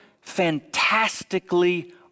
fantastically